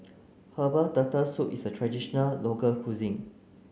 herbal turtle soup is a traditional local cuisine